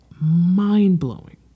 mind-blowing